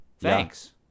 Thanks